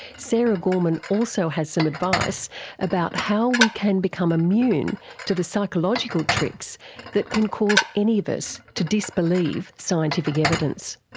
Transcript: sara gorman also has some advice about how we can become immune to the psychological tricks that can cause any of to disbelieve scientific evidence.